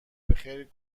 بخیر